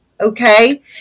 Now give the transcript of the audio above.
okay